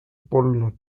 polnud